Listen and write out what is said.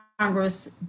Congress